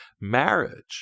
Marriage